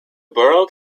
borough